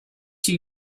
two